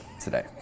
today